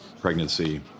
pregnancy